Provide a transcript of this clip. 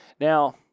Now